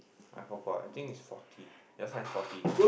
I forgot I think is forty just nice forty